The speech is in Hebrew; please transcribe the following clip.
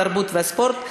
התרבות והספורט נתקבלה.